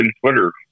Twitter